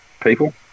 people